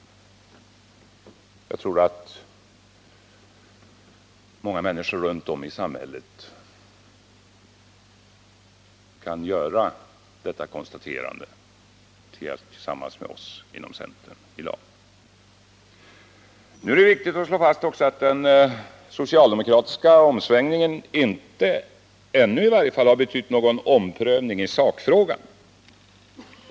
Jag tror att många människor runt om i samhället kan göra detta konstaterande tillsammans med oss inom centern i dag. Samtidigt är det viktigt att slå fast att den socialdemokratiska omsvängningen inte — ännu i varje fall — betytt någon omprövning i sakfrågan.